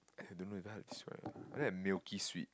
!aiya! I don't know it's very hard to describe lah I lke milky sweet